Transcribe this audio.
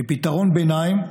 כפתרון ביניים,